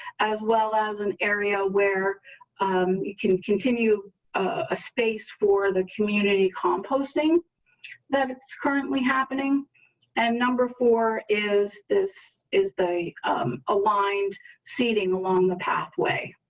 as well as an area where you can continue a space for the community composting that it's currently happening and number four is this is the aligned seating along the pathway.